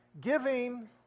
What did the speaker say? Giving